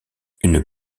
une